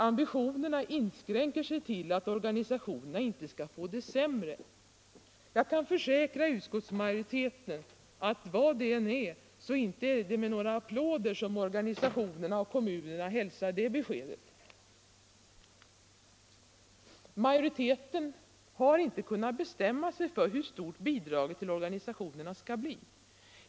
Ambitionerna inskränker sig till att organisationerna inte skall få det sämre. Jag kan försäkra utskottsmajoriteten att det inte är med några applåder som organisationerna och kommunerna hälsar det beskedet. Majoriteten har inte kunnat bestämma sig för hur stort bidraget till organisationerna skall bli.